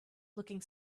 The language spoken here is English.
looking